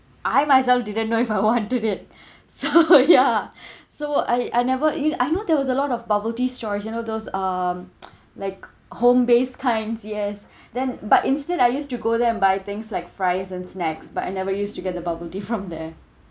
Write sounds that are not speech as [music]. I myself didn't know if I wanted it [breath] so [laughs] yeah [breath] so I I never [noise] I know there was a lot of bubble tea stores you know those um [noise] like home based kinds yes [breath] then but instead I used to go there and buy things like fries and snacks but I never used to get the bubble tea from there